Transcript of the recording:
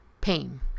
pain